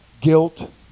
guilt